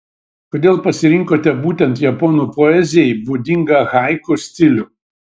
kodėl pasirinkote būtent japonų poezijai būdingą haiku stilių